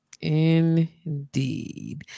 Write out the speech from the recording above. indeed